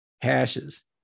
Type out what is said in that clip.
hashes